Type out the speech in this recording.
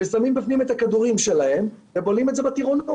ושמים בפנים את הכדורים שלהם ובולעים בטירונות.